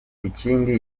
ikindi